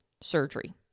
surgery